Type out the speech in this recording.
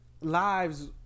lives